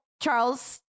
Charles